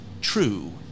true